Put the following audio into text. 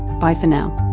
bye for now